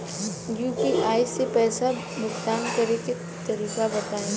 UPI से पईसा भुगतान करे के तरीका बताई?